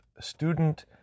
student